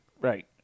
Right